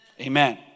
Amen